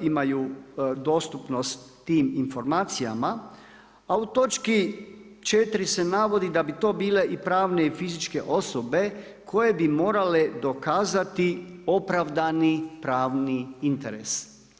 imaju dostupnost tim informacijama, a u točki 4. se navodi da bi to bile i pravne i fizičke osobe koje bi morale dokazati opravdani pravni interes.